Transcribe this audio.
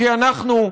כי אנחנו,